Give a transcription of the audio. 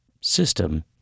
system